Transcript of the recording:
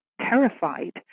terrified